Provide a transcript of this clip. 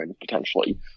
potentially